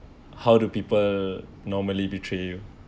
how do people normally betray you